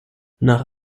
nach